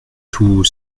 tout